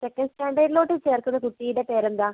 second സ്റ്റാൻഡേർഡിലോട്ട് ചേർക്കുന്ന കുട്ടിയുടെ പേരെന്താണ്